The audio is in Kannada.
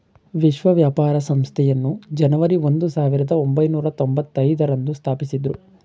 ವಿಶ್ವ ವ್ಯಾಪಾರ ಸಂಸ್ಥೆಯನ್ನು ಜನವರಿ ಒಂದು ಸಾವಿರದ ಒಂಬೈನೂರ ತೊಂಭತ್ತೈದು ರಂದು ಸ್ಥಾಪಿಸಿದ್ದ್ರು